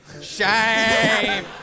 Shame